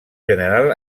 general